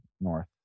north